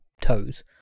toes